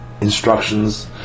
instructions